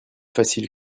facile